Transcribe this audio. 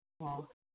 ꯑꯣ